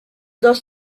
dos